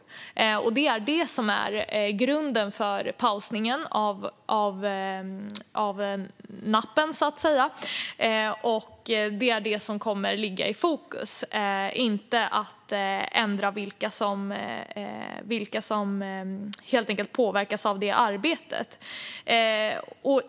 Det är detta som är grunden för pausningen av NAP:en. Det är också detta som kommer att ligga i fokus - inte att ändra vilka som påverkas av arbetet.